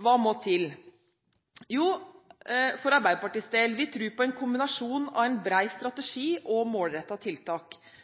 Hva må så til? For Arbeiderpartiets del tror vi på en kombinasjon av en bred strategi og målrettede tiltak.